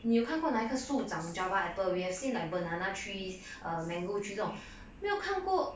你有看过那一棵树长过 java apple we have seen like banana trees mango trees 这种没有看过